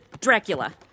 Dracula